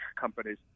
companies